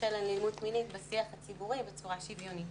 של אלימות מינית בשיח הציבורי בצורה שוויונית.